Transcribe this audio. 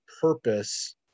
purpose